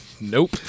Nope